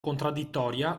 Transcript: contraddittoria